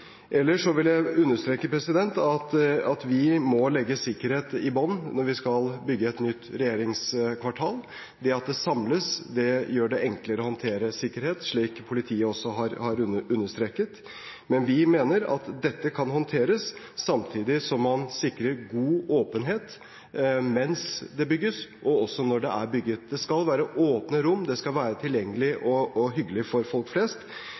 Ellers vil jeg understreke at vi må legge sikkerhet i bunnen når vi skal bygge et nytt regjeringskvartal. At det samles, gjør det enklere å håndtere sikkerhet, slik politiet også har understreket. Vi mener at dette kan håndteres samtidig som man sikrer god åpenhet mens det bygges, og også når det er bygget. Det skal være åpne rom, det skal være tilgjengelig og hyggelig for folk flest.